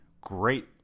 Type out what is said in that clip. great